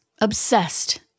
obsessed